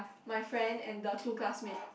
my friend and the two classmate